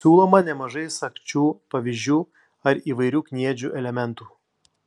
siūloma nemažai sagčių pavyzdžių ar įvairių kniedžių elementų